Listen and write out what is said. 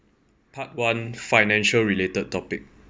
part one financial related topic